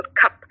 cup